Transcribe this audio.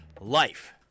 Life